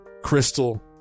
crystal